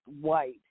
white